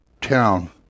town